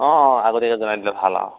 অঁ আগতীয়াকে জনাই দিলে ভাল অ